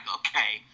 okay